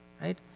right